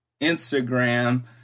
Instagram